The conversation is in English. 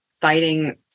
fighting